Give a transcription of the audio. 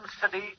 City